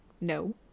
no